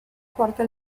porta